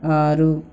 ఆరు